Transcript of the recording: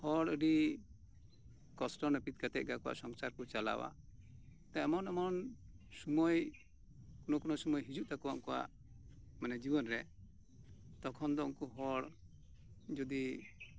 ᱦᱚᱲ ᱟᱹᱰᱤ ᱠᱚᱥᱴᱚ ᱱᱟᱹᱯᱤᱛ ᱠᱟᱛᱮ ᱜᱮ ᱟᱠᱚᱣᱟᱜ ᱥᱚᱝᱥᱟᱨ ᱠᱚ ᱪᱟᱞᱟᱣᱟ ᱮᱢᱚᱱ ᱮᱢᱚᱱ ᱥᱚᱢᱚᱭ ᱠᱳᱱᱳ ᱠᱳᱱᱳ ᱥᱚᱢᱚᱭ ᱦᱤᱡᱩᱜ ᱛᱟᱠᱚᱣᱟ ᱩᱱᱠᱩᱣᱟᱜ ᱢᱟᱱᱮ ᱡᱤᱭᱚᱱ ᱨᱮ ᱛᱚᱠᱷᱚᱱ ᱫᱚ ᱩᱱᱠᱩ ᱦᱚᱲ ᱡᱩᱫᱤ